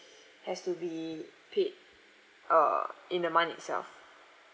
has to be paid uh in the month itself